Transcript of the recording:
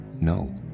No